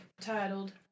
titled